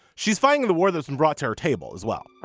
she's fighting the war that's and brought to our table as well